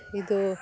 ಇದು